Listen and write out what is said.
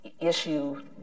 issue